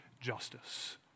justice